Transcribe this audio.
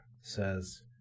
says